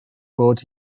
bod